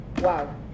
Wow